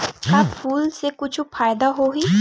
का फूल से कुछु फ़ायदा होही?